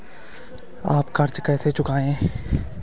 आप कर्ज कैसे चुकाएंगे?